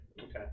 okay